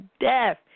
death